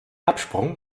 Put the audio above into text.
absprung